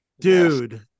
dude